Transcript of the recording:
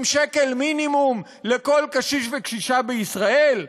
שקל מינימום לכל קשיש וקשישה בישראל?